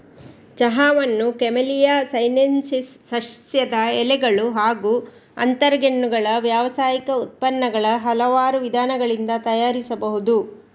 ಚಹಾವನ್ನು Camellia sinensis ಸಸ್ಯದ ಎಲೆಗಳು ಹಾಗೂ ಅಂತರಗೆಣ್ಣುಗಳ ವ್ಯಾವಸಾಯಿಕ ಉತ್ಪನ್ನಗಳ ಹಲವಾರು ವಿಧಾನಗಳಿಂದ ತಯಾರಿಸಬಹುದು